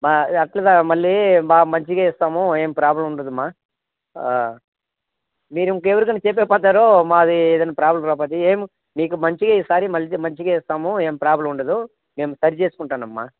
మా అట్ల కాదమ్మ మళ్ళీ మా మంచిగా ఇస్తాము ఏం ప్రాబ్లం ఉండదు అమ్మ మీరు ఇంకెవరికైనా చెప్పే పోతారు మాది ఏదైనా ప్రాబ్లం రాపోద్ది ఏం మీకు మంచిగా ఈసారి మంచి మంచిగా ఇస్తాము ఏం ప్రాబ్లం ఉండదు మేం సరి చేసుకుంటానమ్మ